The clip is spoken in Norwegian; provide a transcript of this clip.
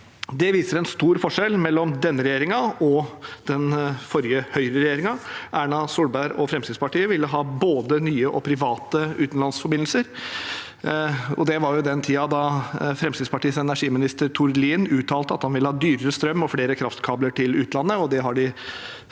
Det viser en stor forskjell mellom denne regjeringen og den forrige høyreregjeringen. Erna Solberg og Fremskrittspartiet ville ha både nye og private utenlandsforbindelser. Det var i den tiden da Fremskrittspartiets energiminister Tord Lien uttalte at han ville ha dyrere strøm og flere kraftkabler til utlandet.